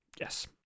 Yes